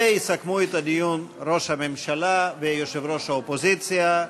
ויסכמו את הדיון ראש הממשלה ויושב-ראש האופוזיציה.